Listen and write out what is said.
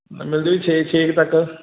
ਮਿਲ ਜੇ ਜੀ ਛੇ ਛੇ ਕੁ ਤੱਕ